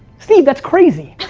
steve, that's crazy.